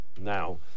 now